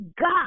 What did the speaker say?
God